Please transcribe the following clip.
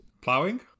Plowing